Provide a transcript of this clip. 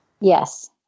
Yes